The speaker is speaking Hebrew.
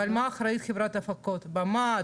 ועל מה אחראית חברת ההפקות במה,